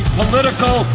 political